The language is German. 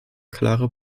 klare